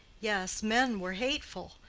yes, men were hateful.